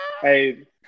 hey